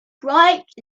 bright